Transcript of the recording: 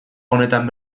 honetan